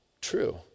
true